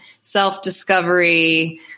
self-discovery